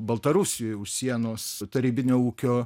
baltarusijoj už sienos tarybinio ūkio